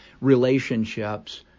relationships